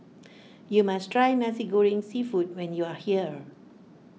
you must try Nasi Goreng Seafood when you are here